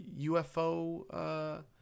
UFO